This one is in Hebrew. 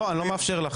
לא, אני לא מאפשר לך.